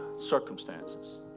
circumstances